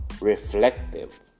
reflective